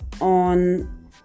on